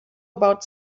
about